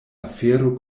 afero